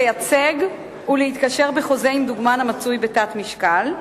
לייצג ולהתקשר בחוזה עם דוגמן המצוי בתת-משקל,